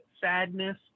sadness